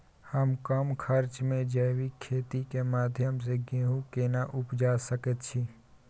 हम कम खर्च में जैविक खेती के माध्यम से गेहूं केना उपजा सकेत छी?